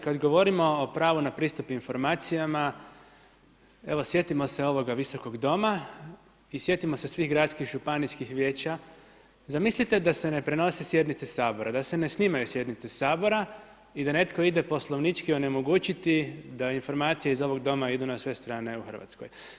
Kada govorimo o pravo na pristup informacijama, sjetimo se ovoga Visokog doma i sjetimo se svih županijskih gradskih vijeća, zamislite da se ne prenose sjednice Sabora, da se ne snimaju sjednice Sabora i da netko ide poslovnički onemogućiti, da informacije iz ovog Doma idu na sve strane u Hrvatskoj.